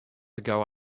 ago